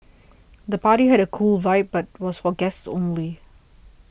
the party had a cool vibe but was for guests only